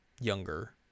younger